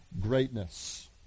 greatness